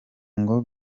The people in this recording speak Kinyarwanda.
ngo